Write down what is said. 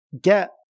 get